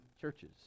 churches